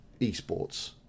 eSports